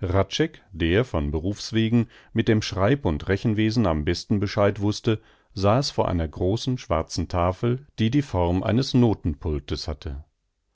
hradscheck der von berufs wegen mit dem schreib und rechenwesen am besten bescheid wußte saß vor einer großen schwarzen tafel die die form eines notenpultes hatte